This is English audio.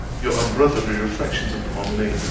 your unbrotherly reflections upon me?